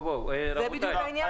זה בדיוק העניין.